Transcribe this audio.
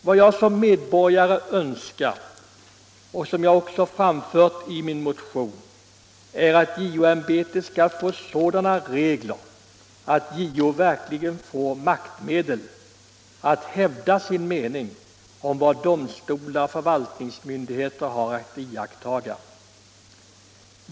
Vad jag som medborgare önskar, vilket jag också har framfört i min motion, är att JO för sin ämbetsutövning skall få sådana regler att JO verkligen erhåller maktmedel att hävda sin mening om vad domstolar och förvaltningsmyndigheter har att iakttaga.